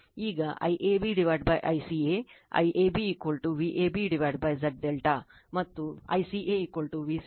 ಈಗ IAB ICA IAB Vab Z Z ∆ ಮತ್ತು ICA Vca Z ∆